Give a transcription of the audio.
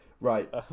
Right